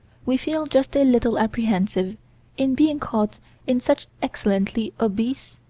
we feel just a little apprehensive in being caught in such excellently obese,